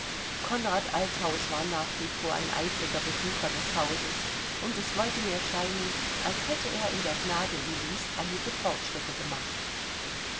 konrad althaus war nach wie vor ein eifriger besucher des hauses und es wollte mir scheinen als hätte er in der gnade lillis einige fortschritte gemacht